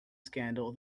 scandal